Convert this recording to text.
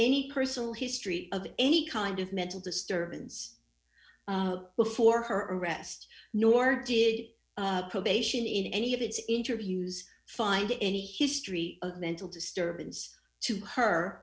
any personal history of any kind of mental disturbance before her arrest nor did probation in any of its interviews find any history of mental disturbance to her